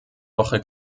woche